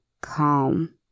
calm